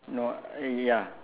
no ya